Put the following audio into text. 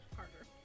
harder